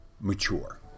mature